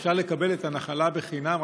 שאפשר לקבל נחלה חינם.